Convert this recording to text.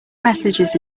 messages